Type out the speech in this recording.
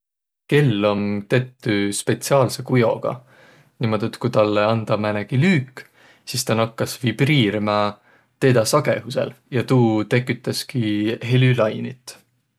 Kell om tettü spetsiaalsõ kujoga niimuudu, et ku tälle andaq määnegi lüük, sis tä nakkas vibriirmä teedäq sagõhusõl ja tuu tekütäski helülainit.